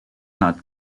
not